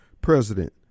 president